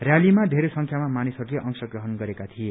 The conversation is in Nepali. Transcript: रैलीमा धेरै संख्यामा मानिसहरूले अंश ग्रहण गरेका थिए